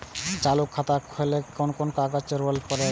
चालु खाता खोलय में कोन कोन कागज के जरूरी परैय?